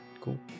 cool